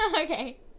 Okay